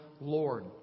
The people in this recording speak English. Lord